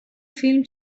فیلم